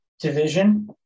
division